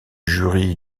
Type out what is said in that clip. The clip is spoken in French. jury